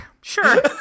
sure